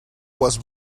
was